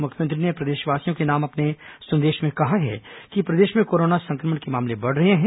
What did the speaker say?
मुख्यमंत्री ने प्रदेशवासियों के नाम जारी अपने संदेश में कहा है कि प्रदेश में कोरोना संक्रमण के मामले बढ़ रहे हैं